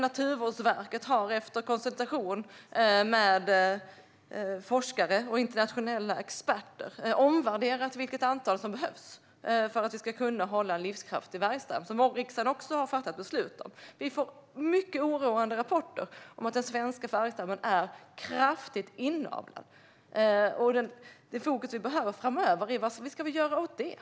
Naturvårdsverket har efter konsultation med forskare och internationella experter omvärderat det antal som behövs för att vi ska kunna hålla en livskraftig vargstam, vilket riksdagen också har fattat beslut om. Vi får mycket oroande rapporter om att den svenska vargstammen är kraftigt inavlad. Framöver behöver vi lägga fokus på vad vi ska göra åt detta.